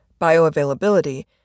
bioavailability